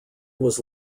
was